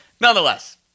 nonetheless